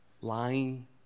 lying